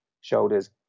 shoulders